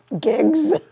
gigs